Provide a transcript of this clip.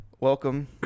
Welcome